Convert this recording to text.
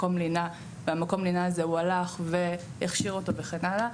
יש מקום לינה וממקום הלינה הזה הוא הלך והכשיר אותו וכן הלאה,